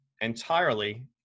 entirely